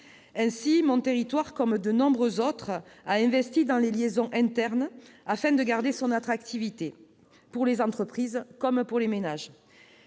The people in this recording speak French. Ainsi, mon territoire, comme de nombreux autres, a investi dans les liaisons internes afin de garder son attractivité, pour les entreprises comme pour les ménages.